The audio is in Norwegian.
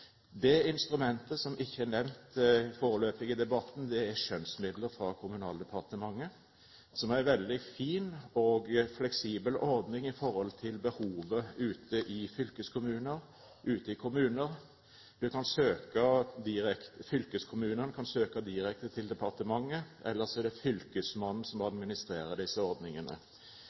Det instrumentet som ikke er nevnt foreløpig i debatten, er skjønnsmidler fra Kommunaldepartementet, som er en veldig fin og fleksibel ordning i forhold til behovet ute i fylkeskommunene og ute i kommunene. Fylkeskommunen kan søke direkte til departementet, ellers er det Fylkesmannen som administrerer disse ordningene.